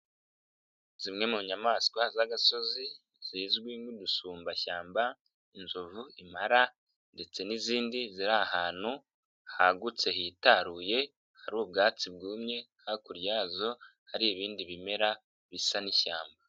Zimwe mu nyamaswa z'agasozi zizwi nk'udusumbashyamba, inzovu, impala ndetse n'izindi ziri ahantu hagutse hitaruye hari ubwatsi bwumye, hakurya yazo hari ibindi bimera bisa n'ishyamba.